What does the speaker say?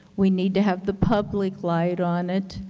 we need to have the public light on it,